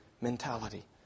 mentality